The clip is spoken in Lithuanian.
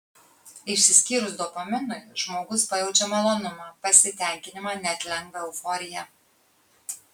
išsiskyrus dopaminui žmogus pajaučia malonumą pasitenkinimą net lengvą euforiją